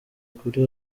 kuri